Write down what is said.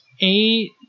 eight